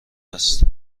است